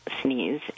sneeze